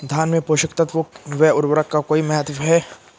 धान में पोषक तत्वों व उर्वरक का कोई महत्व है?